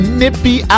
nippy